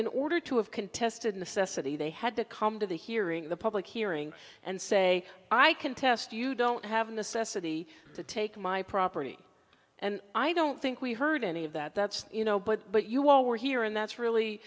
in order to have contested in the sesame they had to come to the hearing the public hearing and say i contest you don't have a necessity to take my property and i don't think we heard any of that that's you know but but you all were here and that's really